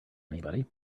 anybody